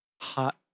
Hot